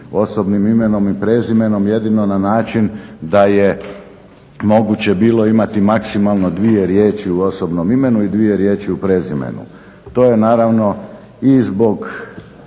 osobnim imenom i prezimenom jedino na način da je moguće bilo imati maksimalno dvije riječi u osobnom imenu i dvije riječi u prezimenu. To je naravno i zbog